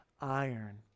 iron